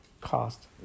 cost